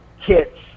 kits